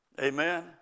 Amen